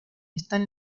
están